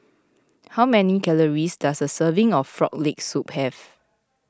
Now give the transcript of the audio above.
how many calories does a serving of Frog Leg Soup have